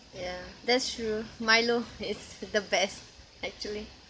yeah that's true Milo is the best actually